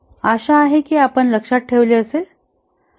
आशा आहे की आपण लक्षात ठेवले असेल